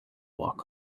walk